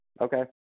Okay